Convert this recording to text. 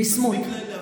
ביסמוט,